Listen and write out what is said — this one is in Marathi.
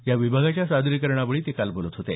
या विभागाच्या सादरीकरणावेळी ते काल बोलत होते